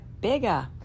bigger